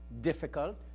difficult